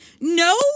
No